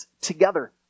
together